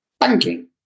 Banking